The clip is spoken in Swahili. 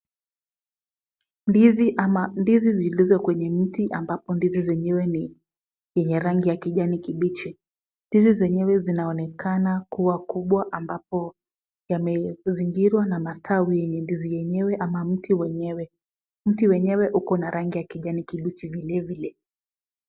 Ndizi ama ndizi zilizo kwenye mti ambazo ndizi zenyewe ni yenye rangi ya kijani kibichi. Ndizi zenyewe zinaonekana kuwa kubwa ambapo yamezingirwa na matawi yenye ndizi yenyewe ama mti wenyewe. Mti wenyewe uko na rangi ya kijani kibichi vilevile.